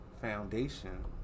foundation